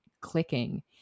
clicking